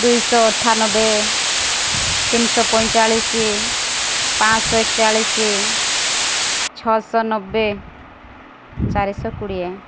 ଦୁଇଶହ ଅଠାନବେ ତିନିଶହ ପଇଁଚାଳିଶି ପାଞ୍ଚଶହ ଏକଚାଳିଶି ଛଅଶହ ନବେ ଚାରିଶହ କୋଡ଼ିଏ